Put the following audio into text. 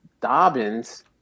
Dobbins